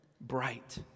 bright